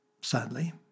sadly